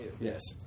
Yes